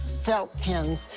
felt pens,